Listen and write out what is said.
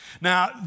Now